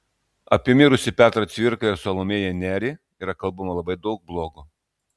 apie mirusį petrą cvirką ir salomėją nerį yra kalbama labai daug blogo